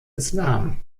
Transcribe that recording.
islam